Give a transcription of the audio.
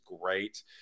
great